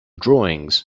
drawings